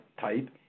type